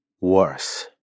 worse